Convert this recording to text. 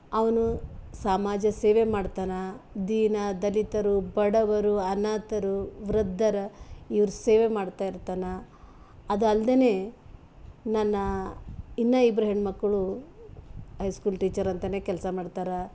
ಅವನು ಸಮಾಜ ಸೇವೆ ಮಾಡ್ತಾನ ದೀನ ದಲಿತರು ಬಡವರು ಅನಾಥರು ವೃದ್ಧರ ಇವ್ರ ಸೇವೆ ಮಾಡ್ತಾಯಿರ್ತಾನ ಅದು ಅಲ್ದೆ ನನ್ನ ಇನ್ನು ಇಬ್ಬರು ಹೆಣ್ಮಕ್ಕಳು ಹೈ ಸ್ಕೂಲ್ ಟೀಚರ್ ಅಂತಾನೆ ಕೆಲಸ ಮಾಡ್ತಾರಾ